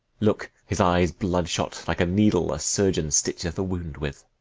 look, his eye s bloodshot, like a needle a surgeon stitcheth a wound with.